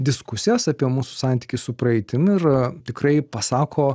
diskusijas apie mūsų santykį su praeitim ir tikrai pasako